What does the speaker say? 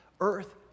earth